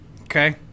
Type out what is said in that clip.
okay